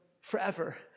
forever